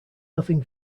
nothing